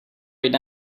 right